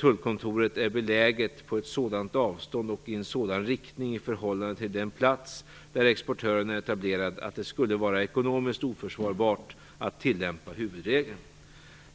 tullkontoret är beläget på ett sådant avstånd och i en sådan riktning i förhållande till den plats där exportören är etablerad att det skulle vara ekonomiskt oförsvarbart att tillämpa huvudregeln.